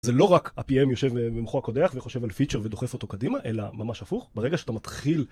זה לא רק ה PM יושב במוחו הקודח וחושב על פיצ'ר ודוחף אותו קדימה אלא ממש הפוך. ברגע שאתה מתחיל.